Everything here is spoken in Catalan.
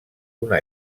una